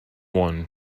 one